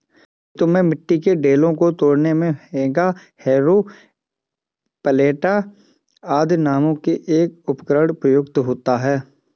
खेतों में मिट्टी के ढेलों को तोड़ने मे हेंगा, हैरो, पटेला आदि नामों से एक उपकरण प्रयुक्त होता है